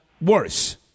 worse